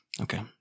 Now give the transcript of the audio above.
Okay